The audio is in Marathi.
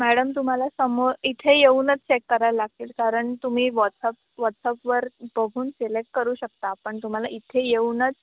मॅडम तुम्हाला समोर इथे येऊनच चेक कराय लागतील कारण तुम्ही व्हॉट्सअप व्हॉट्सअपवर बघून सिलेक्ट करू शकता पण तुम्हाला इथे येऊनच